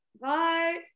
bye